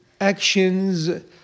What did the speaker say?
actions